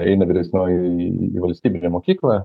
eina vyresnioji į valstybinę mokyklą